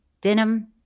denim